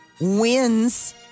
wins